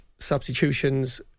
substitutions